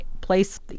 place